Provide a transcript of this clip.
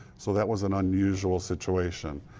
so that was an unusual situation.